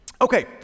Okay